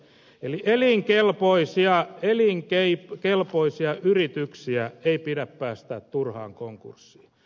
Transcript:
eli elinkelpoisia yrityksiä ei pidä päästää turhaan konkurssiin